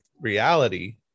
reality